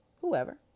whoever